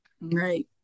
Right